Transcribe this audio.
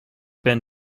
been